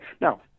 Now